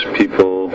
people